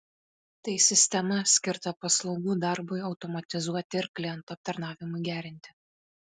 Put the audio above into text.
tai sistema skirta paslaugų darbui automatizuoti ir klientų aptarnavimui gerinti